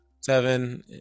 Seven